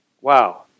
Wow